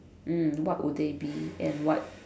mm what would they be and what